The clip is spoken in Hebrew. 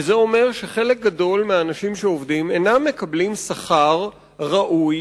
וזה אומר שחלק גדול מהאנשים שעובדים אינם מקבלים שכר ראוי,